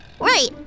right